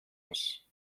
muss